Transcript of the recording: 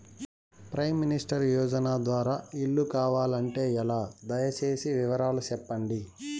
Prime minister యోజన ద్వారా ఇల్లు కావాలంటే ఎలా? దయ సేసి వివరాలు సెప్పండి?